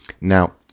Now